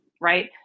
right